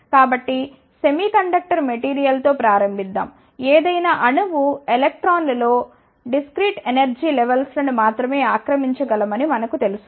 కాబట్టి semiconductor material తో ప్రారంభిద్దాం ఏదైనా అణువు ఎలక్ట్రాన్లలో డిస్ క్రీట్ ఎనర్జీ లెవల్స్ లను మాత్రమే ఆక్రమించగలమని మనకు తెలుసు